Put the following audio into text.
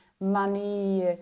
money